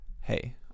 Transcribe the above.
hey